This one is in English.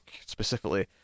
specifically